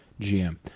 GM